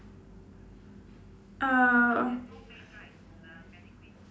uh